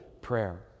prayer